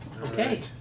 Okay